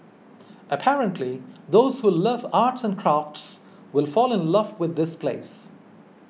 apparently those who love arts and crafts will fall in love with this place